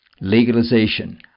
legalization